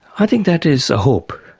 i think that is a hope.